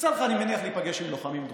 יצא לך, אני מניח, להיפגש עם לוחמים דרוזים.